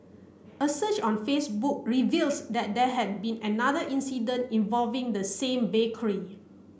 a search on Facebook revealed that there had been another incident involving the same bakery